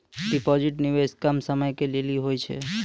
Deposit निवेश कम समय के लेली होय छै?